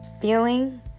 feeling